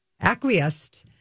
acquiesced